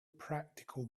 practical